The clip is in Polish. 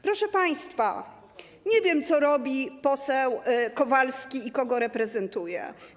Proszę państwa, nie wiem, co robi poseł Kowalski i kogo reprezentuje.